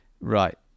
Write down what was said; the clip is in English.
Right